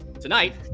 Tonight